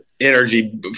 Energy